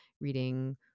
reading